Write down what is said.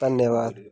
धन्यबाद